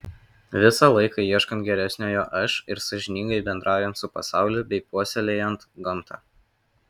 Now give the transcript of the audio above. visą laiką ieškant geresniojo aš ir sąžiningai bendraujant su pasauliu bei puoselėjant gamtą